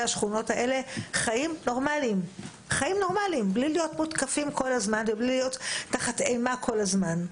השכונות האלה חיים נורמליים בלי להיות מותקפים ותחת אימה כל הזמן.